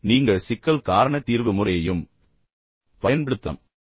நீங்கள் சிக்கல் காரண தீர்வு முறையையும் பயன்படுத்தலாம்